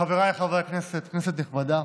חבריי חברי הכנסת, כנסת נכבדה,